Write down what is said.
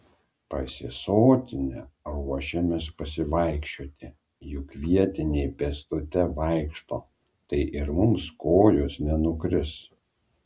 pasisotinę ruošėmės pasivaikščioti juk vietiniai pėstute vaikšto tai ir mums kojos nenukris